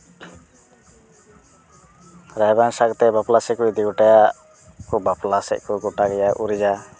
ᱨᱟᱭᱵᱟᱨ ᱥᱟᱵ ᱠᱟᱛᱮ ᱵᱟᱯᱞᱟ ᱥᱮᱡ ᱠᱚ ᱤᱫᱤ ᱜᱚᱴᱟᱭᱟ ᱠᱚ ᱵᱟᱯᱞᱟ ᱥᱮᱡ ᱠᱚ ᱜᱚᱴᱟ ᱩᱨᱤᱡᱟ